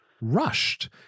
rushed